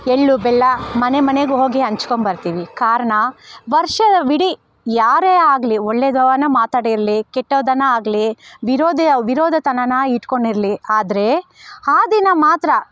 ಎಳ್ಳು ಬೆಲ್ಲ ಮನೆ ಮನೆಗೆ ಹೋಗಿ ಹಂಚ್ಕೊಂಡ್ಬರ್ತೀವಿ ಕಾರ್ಣ ವರ್ಷವಿಡೀ ಯಾರೇ ಆಗಲಿ ಒಳ್ಳೆದೋ ಅನ್ನು ಮಾತಾಡಿರಲಿ ಕೆಟ್ಟದನ್ನು ಆಗಲಿ ವಿರೋಧಿಯ ವಿರೋಧಿತನನ ಇಟ್ಕೊಂಡಿರಲಿ ಆದರೆ ಆ ದಿನ ಮಾತ್ರ